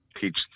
teach